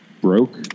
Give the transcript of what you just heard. broke